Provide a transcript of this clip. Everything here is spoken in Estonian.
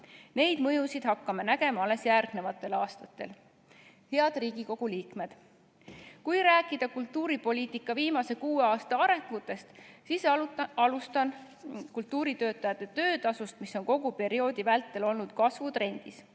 Neid mõjusid hakkame nägema alles järgmistel aastatel. Head Riigikogu liikmed! Kui rääkida kultuuripoliitika viimase kuue aasta arengust, siis alustan kultuuritöötajate töötasust, mis on kogu perioodi vältel olnud kasvutrendis.